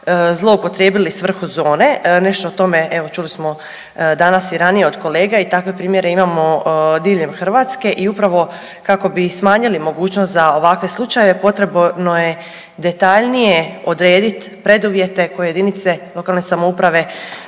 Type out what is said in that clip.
zloupotrijebili svrhu zone. Nešto o tome evo čuli smo danas i ranije od kolega. I takve primjere imamo diljem Hrvatske i upravo kako bi smanjili mogućnost za ovakve slučajeve potrebno je detaljnije odrediti preduvjete koje jedinice lokalne samouprave